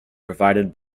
provided